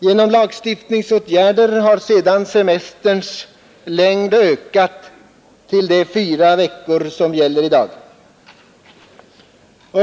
Genom lagstiftningsåtgärder har sedan dess semesterns längd ökat till de fyra veckor som gäller i dag.